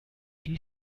die